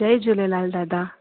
जय झूलेलाल दादा